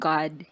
God